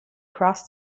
cross